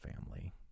family